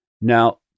now